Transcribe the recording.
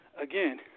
Again